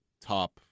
top